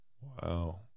Wow